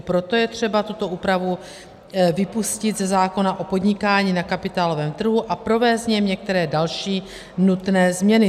Proto je třeba tuto úpravu vypustit ze zákona o podnikání na kapitálovém trhu a provést v něm některé další nutné změny.